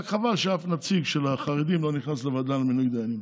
רק חבל שאף נציג של החרדים לא נכנס לוועדה למינוי דיינים.